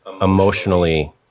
emotionally